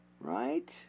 right